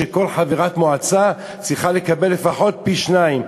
כל חברת מועצה צריכה לקבל לפחות פי-שניים.